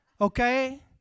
okay